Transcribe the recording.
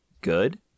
good